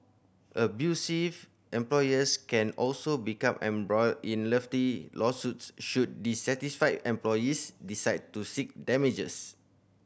abusive employers can also become embroiled in hefty lawsuits should dissatisfied employees decide to seek damages